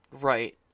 Right